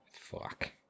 Fuck